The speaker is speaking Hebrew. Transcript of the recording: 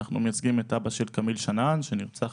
אנחנו מייצגים את אבא של כמיל שנאן שנרצח